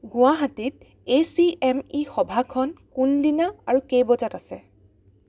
গুৱাহাটীত A C M E সভাখন কোন দিনা আৰু কেই বজাত আছে